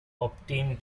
obtain